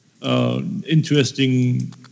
interesting